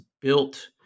built